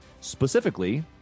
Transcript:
specifically